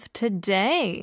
today